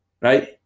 right